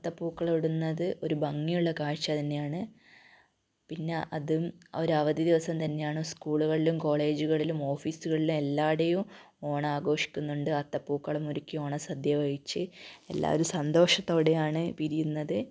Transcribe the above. അത്ത പൂക്കളം ഇടുന്നത് ഒരു ഭംഗിയുള്ള കാഴ്ച തന്നെയാണ് പിന്നെ അതും ഒരവധി ദിവസം തന്നെയാണ് സ്കൂളുകളിലും കോളേജുകളിലും ഓഫീസുകളിലും എല്ലാടവും ഓണാമാഘോഷിക്കുന്നുണ്ട് അത്ത പൂക്കളം ഒരുക്കി ഓണ സദ്യ കഴിച്ച് എല്ലാരും സന്തോഷത്തോടെയാണ് പിരിയുന്നത്